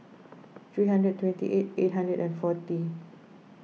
three hundred twenty eight eight hundred and forty